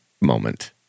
moment